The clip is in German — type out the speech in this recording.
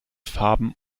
farben